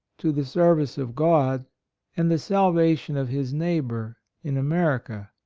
to the service, of god and the salvation of his neighbor in america,